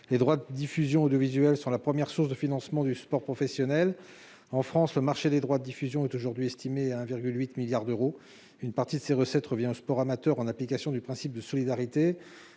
Les droits de diffusion audiovisuelle sont la première source de financement du sport professionnel. En France, le marché des droits de diffusion est aujourd'hui estimé à 1,8 milliard d'euros. Une partie de ces recettes revient au sport amateur en application du principe de solidarité,